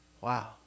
Wow